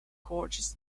gorges